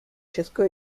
česko